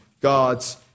God's